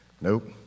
Nope